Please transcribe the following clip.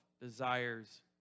desires